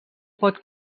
pot